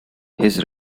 his